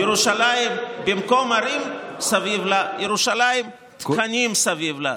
ירושלים, במקום ערים סביב לה, תקנים סביב לה.